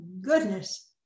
goodness